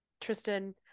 Tristan